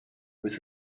with